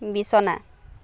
বিছনা